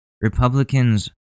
Republicans